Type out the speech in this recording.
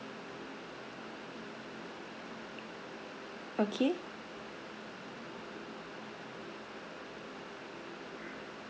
okay